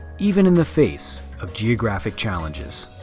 even in the face of geographic challenges.